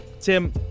Tim